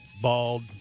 bald